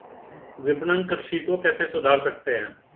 विपणन कृषि को कैसे सुधार सकते हैं?